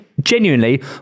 genuinely